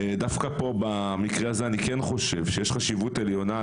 דווקא פה במקרה הזה אני כן חושב שיש חשיבות עליונה.